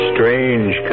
Strange